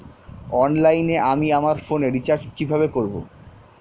অনলাইনে আমি আমার ফোনে রিচার্জ কিভাবে করব?